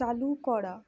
চালু করা